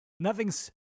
Nothing's